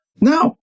no